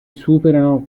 superano